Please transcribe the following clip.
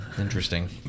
interesting